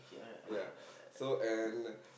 ya so and